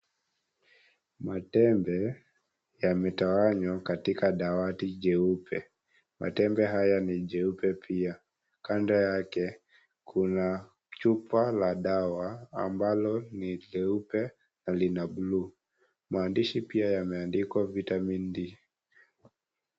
Matembe yametawanywa katika dawati jeupe. Matembe haya ni jeupe pia. Kando yake kuna chupa la dawa ambalo ni leupe na ni la bluu. Maandishi pia yameandikwa VITAMIN D .